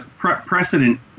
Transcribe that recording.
Precedent